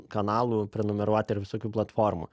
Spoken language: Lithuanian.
kanalų prenumeruoti ir visokių platformų